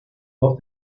dos